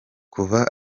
kuva